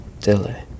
delay